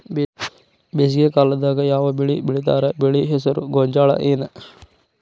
ಬೇಸಿಗೆ ಕಾಲದಾಗ ಯಾವ್ ಬೆಳಿ ಬೆಳಿತಾರ, ಬೆಳಿ ಹೆಸರು ಗೋಂಜಾಳ ಏನ್?